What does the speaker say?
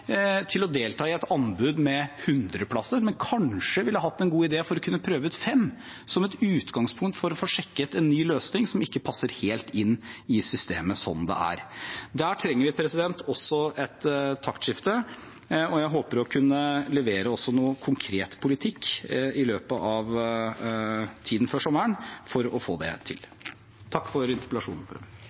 delta i et anbud med 100 plasser, men kanskje ville hatt en god idé for å kunne prøve ut fem, som et utgangspunkt for å få sjekket en ny løsning som ikke passer helt inn i systemet som det er? Der trenger vi også et taktskifte, og jeg håper å kunne levere noe konkret politikk i løpet av tiden før sommeren for å få det til. Takk for interpellasjonen, for øvrig. Takk for svaret så langt. Siden statsråden valgte å bruke eksempler fra